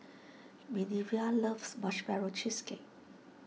Minervia loves Marshmallow Cheesecake